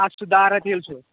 کَسٹہٕ دارا تیٖل چھُ